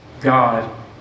God